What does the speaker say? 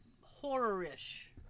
horror-ish